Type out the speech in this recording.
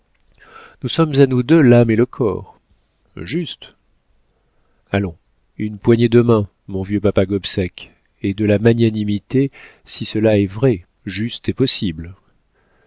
nous sommes à nous deux l'âme et le corps juste allons une poignée de main mon vieux papa gobseck et de la magnanimité si cela est vrai juste et possible